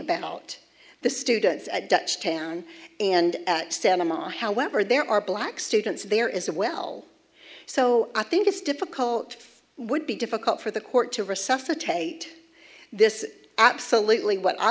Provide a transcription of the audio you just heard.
about the students at dutch town and stan amar however there are black students there is a well so i think it's difficult would be difficult for the court to resuscitate this absolutely what i